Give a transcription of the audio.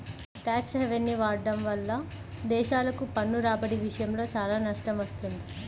tax హెవెన్ని వాడటం వల్ల దేశాలకు పన్ను రాబడి విషయంలో చాలా నష్టం వస్తుంది